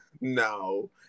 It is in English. no